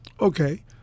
Okay